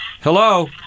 Hello